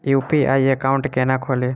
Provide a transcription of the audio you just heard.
UPI account केना खोलि?